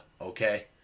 okay